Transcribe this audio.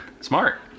Smart